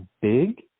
big